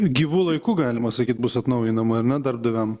gyvu laiku galima sakyt bus atnaujinama ar ne darbdaviam